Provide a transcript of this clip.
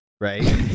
Right